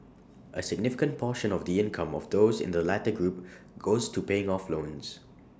A significant portion of the income of those in the latter group goes to paying off loans